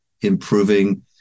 improving